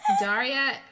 Daria